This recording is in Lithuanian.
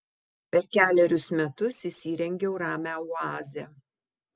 per kelerius metus įsirengiau ramią oazę